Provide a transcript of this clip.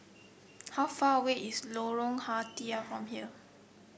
how far away is Lorong Ah Thia from here